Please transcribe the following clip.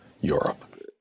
Europe